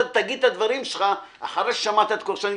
תגיד את הדברים שלך אחרי ששמעת את הכול.